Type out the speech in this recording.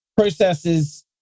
processes